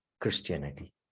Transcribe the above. Christianity